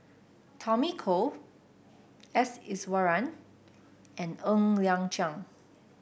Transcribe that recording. Tommy Koh S Iswaran and Ng Liang Chiang